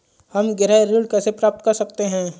हम गृह ऋण कैसे प्राप्त कर सकते हैं?